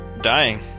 dying